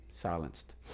silenced